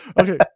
okay